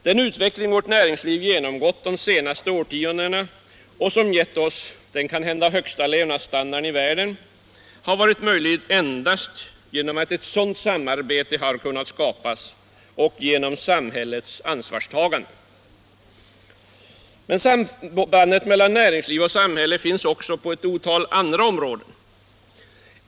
Den utveckling som vårt näringsliv genomgått de senaste årtiondena och som gett oss den kanhända högsta levnadsstandarden i världen har varit möjlig endast genom att ett sådant samarbete har kunnat skapas och genom samhällets ansvarstagande. Sambandet mellan näringsliv och samhälle finns emellertid också på ett otal andra områden.